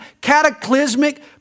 cataclysmic